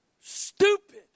Stupid